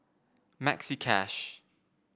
Maxi Cash